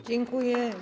Dziękuję.